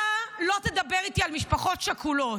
אתה לא תדבר איתי על משפחות שכולות.